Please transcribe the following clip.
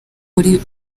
muri